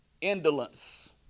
Indolence